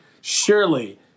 surely